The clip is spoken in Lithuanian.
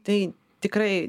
tai tikrai